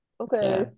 okay